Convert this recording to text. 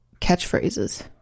catchphrases